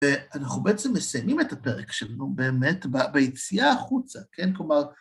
ואנחנו בעצם מסיימים את הפרק שלנו באמת ביציאה החוצה, כן? כלומר